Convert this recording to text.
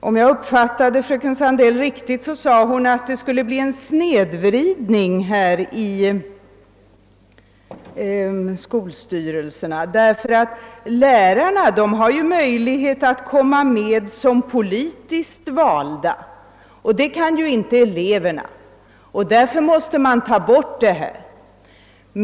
Om jag uppfattade henne rätt sade hon att det skulle bli en snedvridning i skolstyrelserna eftersom lärarna har möjlighet att komma med som politiskt valda, vilket eleverna inte kan göra. Därför måste man slopa fackrepresentationerna.